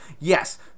Yes